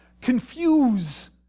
confuse